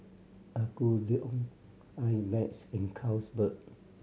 Apgujeong I Max and Carlsberg